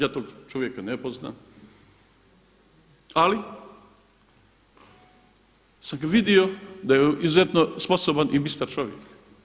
Ja tog čovjeka ne poznam, ali sam ga vidio da je izuzetno sposoban i bistar čovjek.